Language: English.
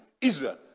Israel